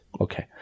Okay